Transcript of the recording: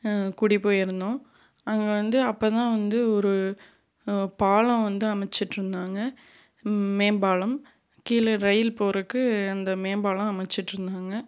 குடிப்போயிருந்தோம் அங்கே வந்து அப்போ தான் வந்து ஒரு பாலம் வந்து அமைச்சிட்ருந்தாங்க மேம்பாலம் கீழே ரயில் போறதுக்கு அந்த மேம்பாலம் அமைச்சிட்ருந்தாங்க